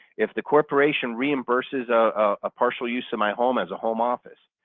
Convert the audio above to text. if the corporation reimburses ah a partial use of my home as a home office,